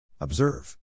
Observe